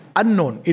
unknown